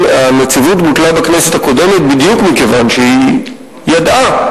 הנציבות בוטלה בכנסת הקודמת בדיוק מכיוון שהיא ידעה